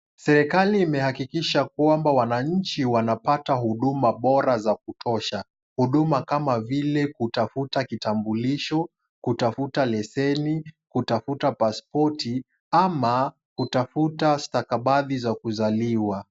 Serikali imehakikisha kwamba wananchi wanapata huduma bora za kutosha. Huduma kama vile kutafuta kitambulisho, kutafuta leseni, kutafuta pasipoti ama kutafuta stakabadhi za kuzaliwa.